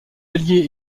alliés